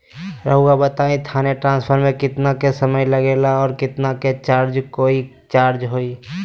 रहुआ बताएं थाने ट्रांसफर में कितना के समय लेगेला और कितना के चार्ज कोई चार्ज होई?